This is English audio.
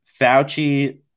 Fauci